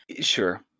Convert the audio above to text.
Sure